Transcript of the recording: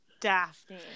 Daphne